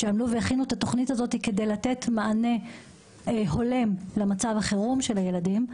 שעמלו והכינו את התוכנית הזאת כדי לתת מענה הולם למצב החירום של הילדים.